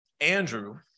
Andrew